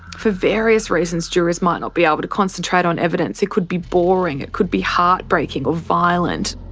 for various reasons jurors might not be able to concentrate on evidence. it could be boring, it could be heartbreaking or violent.